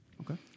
Okay